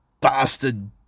bastard